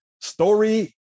Story